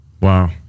Wow